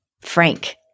Frank